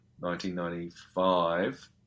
1995